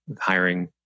hiring